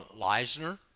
Leisner